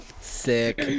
Sick